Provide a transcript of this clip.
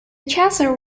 chaser